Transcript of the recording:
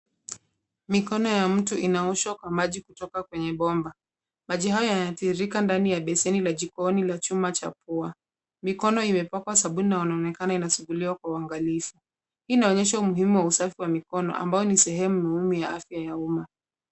Mikono ya mtu inaoshwa kwa maji kutoka kwenye bomba. Maji haya yanatiririka ndani ya beseni la jikoni la chuma cha pua. Mikono imepakwa sabuni na inaonekana inasuguliwa kwa uangalifu. Hii inaonyesha umuhimu wa usafi wa mikono ambayo ni sehemu ya afya ya umma.